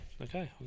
Okay